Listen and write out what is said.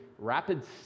Rapid